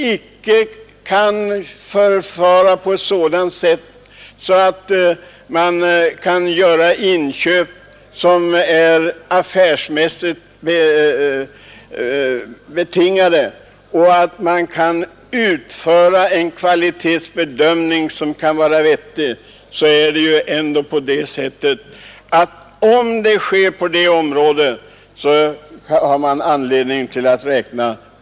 Om nämnden icke kan göra inköp som är affärsmässigt motiverade eller göra en vettig kvalitetsbedömning av materielen har man ju anledning ingripa på detta område såväl som på andra.